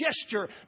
gesture